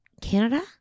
Canada